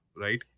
Right